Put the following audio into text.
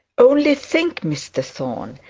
only think, mr thorne,